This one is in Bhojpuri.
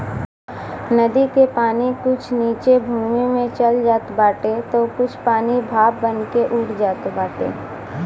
नदी के पानी कुछ नीचे भूमि में चल जात बाटे तअ कुछ पानी भाप बनके उड़ जात बाटे